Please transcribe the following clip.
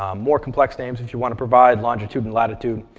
more complex names, if you want to provide longitude and latitude,